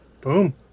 Boom